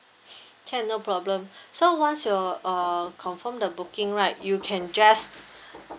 can no problem so once your uh confirm the booking right you can just